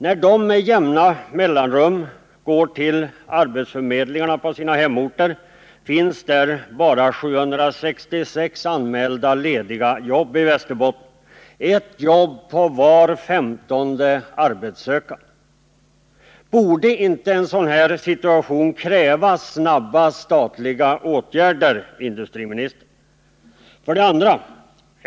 När de med jämna mellanrum går till arbetsförmedlingarna på sina hemorter finns där bara 766 anmälda lediga jobb i Västerbotten — ett jobb på var femtonde arbetssökande. Borde inte en sådan situation kräva snabba statliga åtgärder, industriministern? 2.